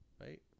right